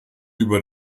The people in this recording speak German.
über